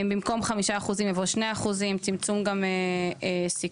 "במקום 5% יבוא 2%" צמצום סיכון.